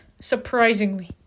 surprisingly